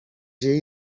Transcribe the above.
jej